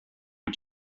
mit